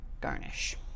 garnish